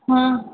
हाँ